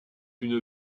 une